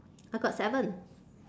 I got seven